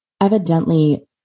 Evidently